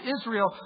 Israel